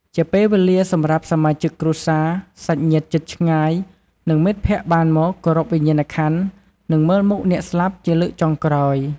ជាពេលវេលាសម្រាប់សមាជិកគ្រួសារ សាច់ញាតិជិតឆ្ងាយ និងមិត្តភក្តិបានមក គោរពវិញ្ញាណក្ខន្ធ និងមើលមុខអ្នកស្លាប់ជាលើកចុងក្រោយ។